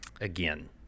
again